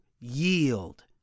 yield